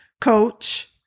coach